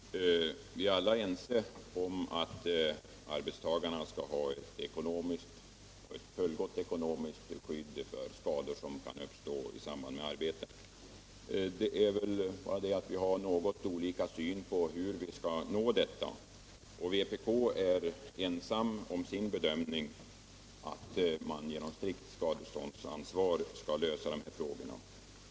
Herr talman! Vi är alla ense om att arbetstagarna skall ha ett fullgott ekonomiskt skydd för skador som kan uppstå i samband med arbete. Det är bara det att vi har något olika syn på hur vi skall nå detta. Vpk är ensamt om sin bedömning att man genom strikt skadeståndsansvar skall lösa de här frågorna.